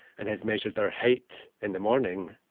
and has measured their height in the morning.